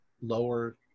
lower